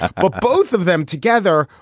ah but both of them together.